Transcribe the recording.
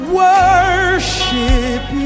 worship